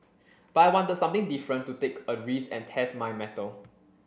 but I wanted something different to take a risk and test my mettle